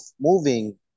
moving